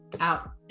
out